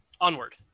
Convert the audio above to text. onward